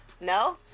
No